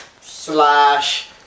slash